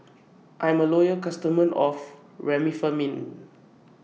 I'm A Loyal customer of Remifemin